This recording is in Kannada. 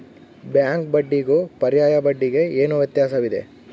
ಬ್ಯಾಂಕ್ ಬಡ್ಡಿಗೂ ಪರ್ಯಾಯ ಬಡ್ಡಿಗೆ ಏನು ವ್ಯತ್ಯಾಸವಿದೆ?